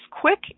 quick